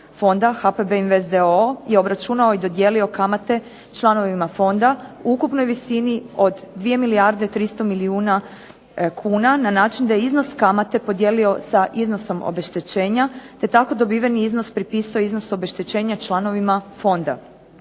fonda HPB Invest d.o.o. je obračunao i dodijelio kamate članovima fonda u ukupnoj visini od 2 milijarde 300 milijuna kuna na način da je iznos kamate podijelio sa iznosom obeštećenja, te tako dobiveni iznos prepisao iznosu obeštećenja članovima fonda.